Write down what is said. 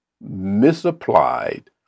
misapplied